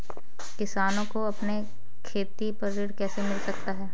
किसानों को अपनी खेती पर ऋण किस तरह मिल सकता है?